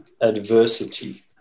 adversity